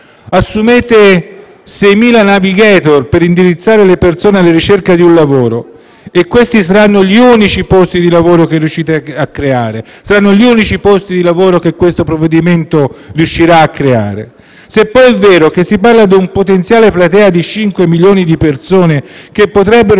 Assumete 6.000 *navigator* per indirizzare le persone alla ricerca di un lavoro e questi saranno gli unici posti di lavoro che riuscirete a creare; saranno gli unici posti di lavoro che questo provvedimento creerà. Se, poi, è vero che si parla di una potenziale platea di 5 milioni di persone che potrebbero